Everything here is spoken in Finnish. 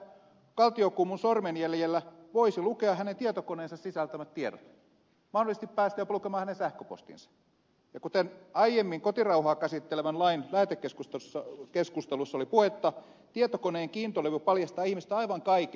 kaltiokummun sormenjäljellä voisi lukea hänen tietokoneensa sisältämät tiedot mahdollisesti päästä jopa lukemaan hänen sähköpostinsa ja kuten aiemmin kotirauhaa käsittelevän lain lähetekeskustelussa oli puhetta tietokoneen kiintolevy paljastaa ihmisestä aivan kaiken